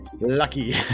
Lucky